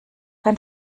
dein